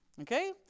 Okay